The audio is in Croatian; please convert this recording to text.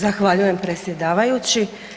Zahvaljujem, predsjedavajući.